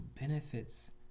benefits